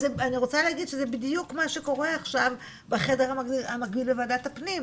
אני רוצה להגיד שזה בדיוק מה שקורה עכשיו בחדר המקביל בוועדת הפנים,